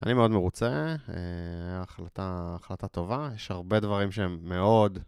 אני מאוד מרוצה, החלטה טובה, יש הרבה דברים שהם מאוד...